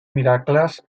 miracles